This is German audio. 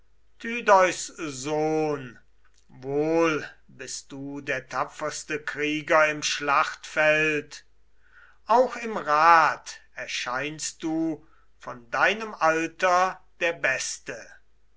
wohl bist du der tapferste krieger im schlachtfeld auch im rat erscheinst du von deinem alter der beste